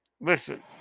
listen